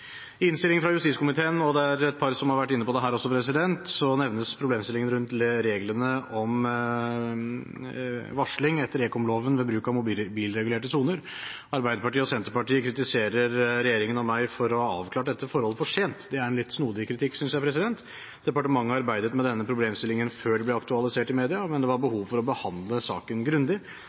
I innstillingen fra justiskomiteen – det er et par som har vært inne på det her også – nevnes problemstillingen rundt reglene om varsling etter ekomloven ved bruk av mobilregulerte soner. Arbeiderpartiet og Senterpartiet kritiserer regjeringen og meg for å ha avklart dette forholdet for sent. Det er en litt snodig kritikk, synes jeg. Departementet arbeidet med denne problemstillingen før den ble aktualisert i mediene, men det var behov for å behandle saken grundig,